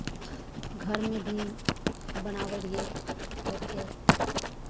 घरमे भी बनाबै रहियै बैठि कऽ